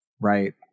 right